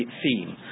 theme